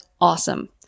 awesome